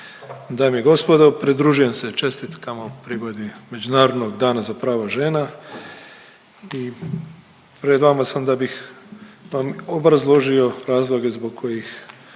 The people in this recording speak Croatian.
dame i gospodo, pridružujem se čestitkama u prigodi Međunarodnog dana zapravo žena i pred vama sam da bih vam obrazložio razloge zbog kojih